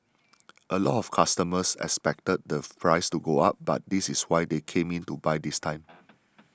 a lot of customers expected the price to go up but this is why they came in to buy this time